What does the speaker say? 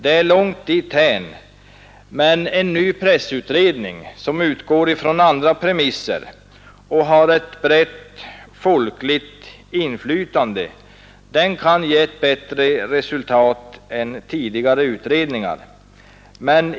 Det är långt dithän, men en ny pressutredning som utgår från andra premisser och som har ett brett folkligt inflytande kan ge ett bättre resultat än tidigare utredningar.